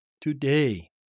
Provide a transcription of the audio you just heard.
today